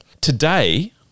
Today